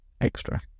extra